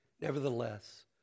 Nevertheless